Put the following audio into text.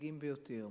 מדאיגים ביותר.